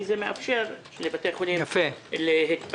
כי זה מאפשר לבתי חולים להתפתח.